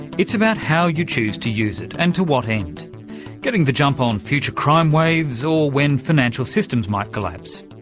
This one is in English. it's about how you choose to use it, and to what end getting the jump on future crime waves or when financial systems might collapse.